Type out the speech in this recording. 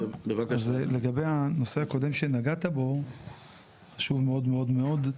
לגבי הנושא שנגעת בו חשוב שהוא מאוד מאוד חשוב.